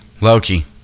Loki